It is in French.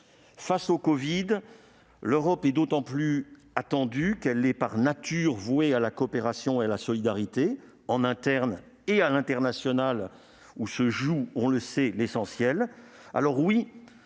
Face au covid-19, l'Europe est d'autant plus attendue qu'elle est par nature vouée à la coopération et à la solidarité, en interne, mais aussi au niveau international, où se joue, on le sait, l'essentiel.